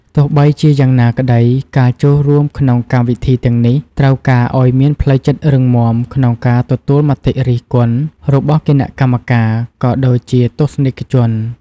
ទោះបីជាយ៉ាងណាក្តី ការចូលរួមក្នុងកម្មវិធីទាំងនេះត្រូវការឲ្យមានផ្លូវចិត្តរឹងមាំក្នុងការទទួលមតិរិះគន់របស់គណៈកម្មការ ក៏ដូចជាទស្សនិកជន។